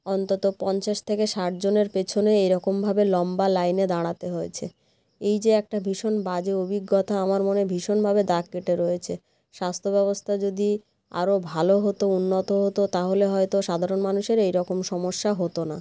অন্তত পঞ্চাশ থেকে ষাটজনের পেছনে এই রকমভাবে লম্বা লাইনে দাঁড়াতে হয়েছে এই যে একটা ভীষণ বাজে অভিজ্ঞতা আমার মনে ভীষণভাবে দাগ কেটে রয়েছে স্বাস্থ্য ব্যবস্থা যদি আরও ভালো হতো উন্নত হতো তাহলে হয়তো সাধারণ মানুষের এই রকম সমস্যা হতো না